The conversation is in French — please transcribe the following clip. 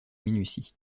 minutie